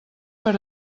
per